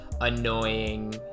annoying